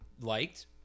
liked